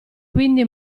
quindi